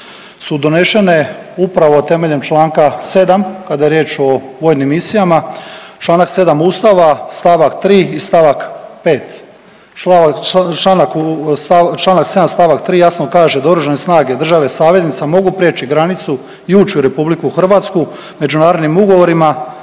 su donešene upravo temeljem članka 7. kada je riječ o vojnim misijama. Članak 7. Ustava stavak 3. i stavak 5. Članak 7. stavak 3. jasno kaže da oružane snage države saveznice mogu prijeći granicu i ući u Republiku Hrvatsku međunarodnim ugovorima